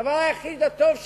הדבר היחיד הטוב שקרה,